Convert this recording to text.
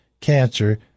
cancer